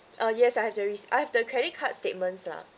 uh yes I have the rec~ I have the credit card statements lah